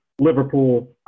Liverpool